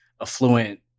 affluent